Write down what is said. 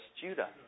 Judah